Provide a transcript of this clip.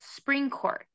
Springcourt